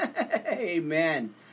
amen